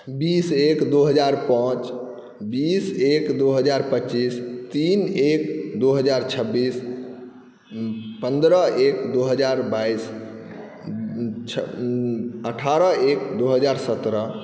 बीस एक दुइ हजार पाँच बीस एक दुइ हजार पचीस तीन एक दुइ हजार छब्बीस पनरह एक दुइ हजार बाइस अठारह एक दुइ हजार सतरह